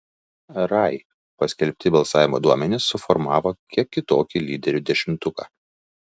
rai paskelbti balsavimo duomenys suformavo kiek kitokį lyderių dešimtuką